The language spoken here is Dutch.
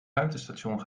ruimtestation